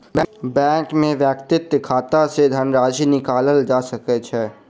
bank में व्यक्तिक खाता सॅ धनराशि निकालल जा सकै छै